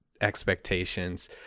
expectations